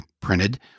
printed